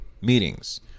meetings